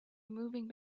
moving